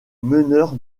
meneur